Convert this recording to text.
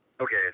okay